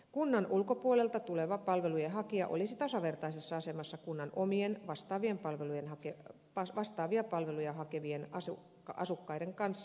kunnan ulkopuolelta tuleva palvelujen hakija olisi tasavertaisessa asemassa kunnan omien vastaavia palveluja hakevien asukkaiden kanssa